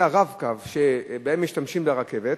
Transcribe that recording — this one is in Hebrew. ה"רב-קו" שבהם משתמשים לנסיעה ברכבת.